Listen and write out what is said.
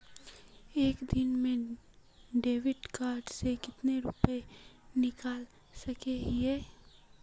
एक दिन में डेबिट कार्ड से कते रुपया निकल सके हिये?